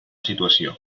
situació